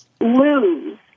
lose